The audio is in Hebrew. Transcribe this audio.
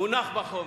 מונח בחומר,